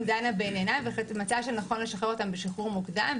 דנה בעניינם ומצאה שנכון לשחרר אותם בשחרור מוקדם,